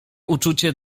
uczucie